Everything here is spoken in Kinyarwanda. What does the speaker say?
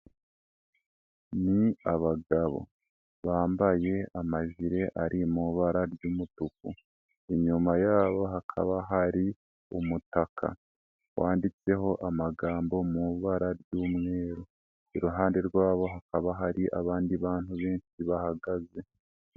Ni abagabo, bambaye amajire ari mu ibara ry'umutuku, inyuma yabo hakaba hari umutaka, wanditseho amagambo mu ibara ry'umweru, iruhande rwabo hakaba hari abandi bantu benshi bahagaze.